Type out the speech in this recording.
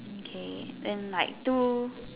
okay then like two